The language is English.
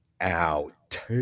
out